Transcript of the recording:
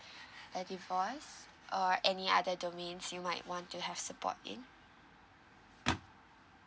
your divorce or any other domains you might want to have support in